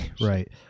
Right